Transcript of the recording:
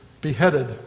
beheaded